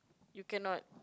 you cannot